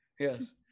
Yes